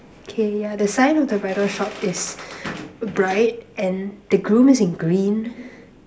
K yeah the sign of the bridal shop is bright and the groom is in green